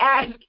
ask